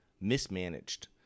mismanaged